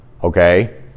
Okay